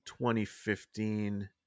2015